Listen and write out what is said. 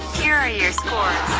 here are your scores.